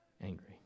Angry